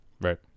right